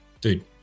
Dude